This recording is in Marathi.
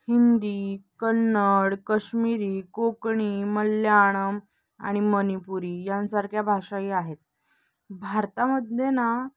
हिंदी कन्नड कश्मिरी कोकणी मल्याळम आणि मणिपुरी यासारख्या भाषाही आहेत भारतामधले ना